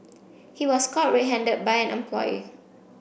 he was caught red handed by an employee